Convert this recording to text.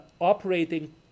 operating